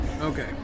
Okay